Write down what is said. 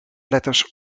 letters